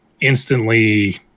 instantly